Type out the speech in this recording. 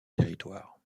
territoire